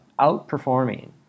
outperforming